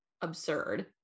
absurd